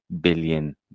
billion